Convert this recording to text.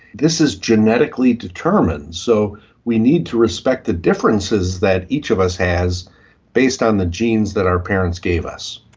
this is genetically determined, so we need to respect the differences that each of us has based on the genes that our parents gave us.